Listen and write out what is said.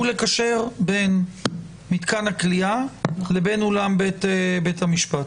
והוא לקשר בין מתקן הכליאה לבין אולם בית המשפט.